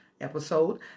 episode